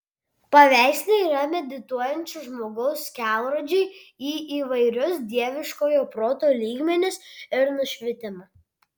paveikslai yra medituojančio žmogaus kelrodžiai į įvairius dieviškojo proto lygmenis ir nušvitimą